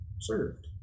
served